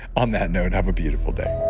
on that note, have a beautiful day